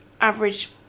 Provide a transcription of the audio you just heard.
average